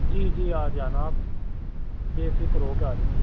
جی جی آ جانا آپ بے فکر ہو کے آ جانا